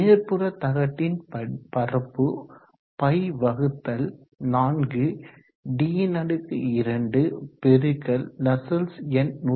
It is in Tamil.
மேற்புற தகடின் பரப்பு π4d2 பெருக்கல் நஸ்சல்ட்ஸ் எண்112